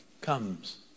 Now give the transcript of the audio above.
comes